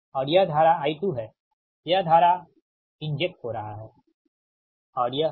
और यह धारI2हैयह धारा इंजेक्ट हो रहा हैठीक है